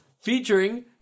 featuring